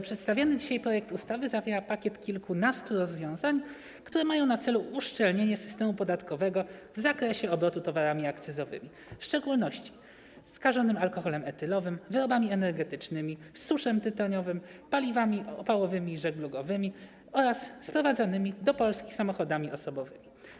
Przedstawiany dzisiaj projekt ustawy zawiera pakiet kilkunastu rozwiązań, które mają na celu uszczelnienie systemu podatkowego w zakresie obrotu towarami akcyzowymi, w szczególności skażonym alkoholem etylowym, wyrobami energetycznymi, suszem tytoniowym, paliwami opałowymi i żeglugowymi oraz sprowadzanymi do Polski samochodami osobowymi.